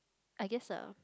I guess ah